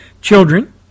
children